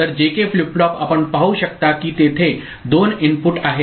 तर JK flip flop आपण पाहू शकता की तेथे दोन इनपुट आहेत